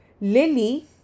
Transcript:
Lily